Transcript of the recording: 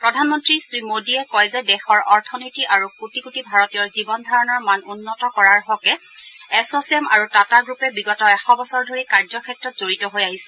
প্ৰধানমন্ত্ৰী মোদীয়ে কয় যে দেশৰ অৰ্থনীতি আৰু কোটি কোটি ভাৰতীয়ৰ জীৱন ধাৰণৰ মান উন্নত কৰাৰ হকে এছ'চেম আৰু টাটা গ্ৰুপে বিগত এশ বছৰ ধৰি কাৰ্যক্ষেত্ৰত জড়িত হৈ আহিছে